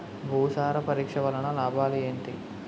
భూసార పరీక్ష వలన లాభాలు ఏంటి?